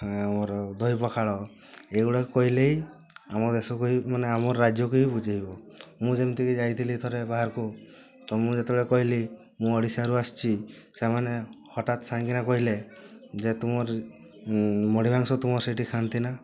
ଆମର ଦହି ପଖାଳ ଏଗୁଡ଼ାକ କହିଲେ ହି ଆମ ଦେଶକୁ ହି ମାନେ ଆମ ରାଜ୍ୟକୁ ହିଁ ବୁଝାଇବ ମୁଁ ଯେମିତିକି ଯାଇଥିଲି ଥରେ ବାହାରକୁ ତ ମୁଁ ଯେତେବେଳେ କହିଲି ମୁଁ ଓଡ଼ିଶାରୁ ଆସିଛି ସେମାନେ ହଠାତ୍ ସାଏଁ କିନା କହିଲେ ଯେ ତୁମର ମୁଢ଼ି ମାଂସ ତୁମର ସେଠି ଖାଆନ୍ତିନା